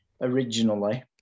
Originally